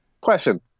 Question